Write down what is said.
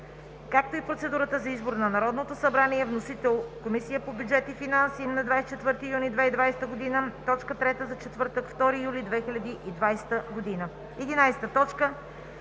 както и процедурата за избор от Народното събрание. Вносител – Комисията по бюджет и финанси, 24 юни 2020 г., точка трета за четвъртък, 2 юли 2020 г.